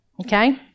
Okay